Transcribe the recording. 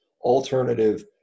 alternative